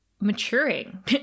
maturing